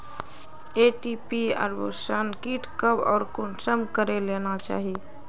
MTP abortion kit कब आर कुंसम करे लेना चही?